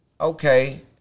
Okay